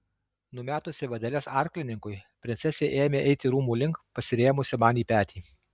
numetusi vadeles arklininkui princesė ėmė eiti rūmų link pasirėmusi man į petį